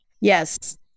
Yes